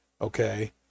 okay